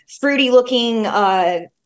fruity-looking